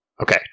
Okay